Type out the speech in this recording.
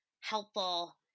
helpful